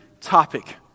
topic